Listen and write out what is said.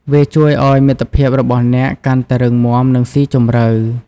វាជួយឱ្យមិត្តភាពរបស់អ្នកកាន់តែរឹងមាំ និងស៊ីជម្រៅ។